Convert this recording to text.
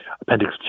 Appendix